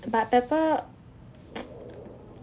but pepper